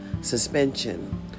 suspension